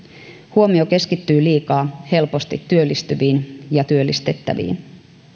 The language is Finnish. huomio keskittyy liikaa helposti työllistyviin ja helposti työllistettäviin